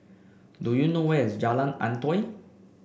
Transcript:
do you know where is Jalan Antoi